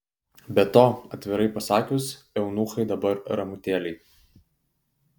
be to atvirai pasakius eunuchai dabar ramutėliai